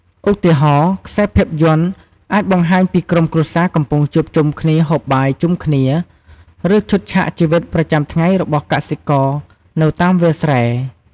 ឧទាហរណ៍ ខ្សែភាពយន្តអាចបង្ហាញពីក្រុមគ្រួសារកំពុងជួបជុំគ្នាហូបបាយជុំគ្នា ឬឈុតឆាកជីវិតប្រចាំថ្ងៃរបស់កសិករនៅតាមវាលស្រែ ។